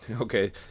okay